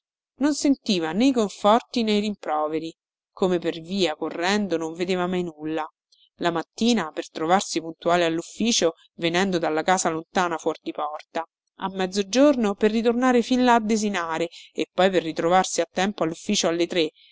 non sentiva né i conforti né i rimproveri come per via correndo non vedeva mai nulla la mattina per trovarsi puntuale allufficio venendo dalla casa lontana fuor di porta a mezzogiorno per ritornare fin là a desinare e poi per ritrovarsi a tempo allufficio alle tre